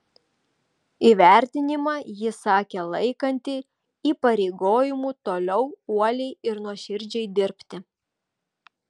įvertinimą ji sakė laikanti įpareigojimu toliau uoliai ir nuoširdžiai dirbti